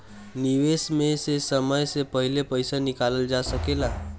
निवेश में से समय से पहले पईसा निकालल जा सेकला?